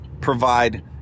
provide